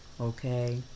okay